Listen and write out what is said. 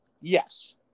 Yes